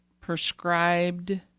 prescribed